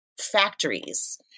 factories